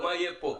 מה יהיה פה.